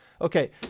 Okay